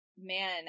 man